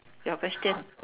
your question